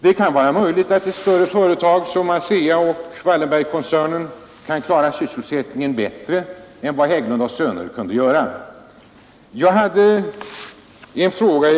Det är möjligt att ett större företag som ASEA och Wallenbergkoncernen kan klara sysselsättningen bättre än Hägglund & Söner kunde göra i synnerhet som man kan påräkna statsmakternas stöd med beställningar.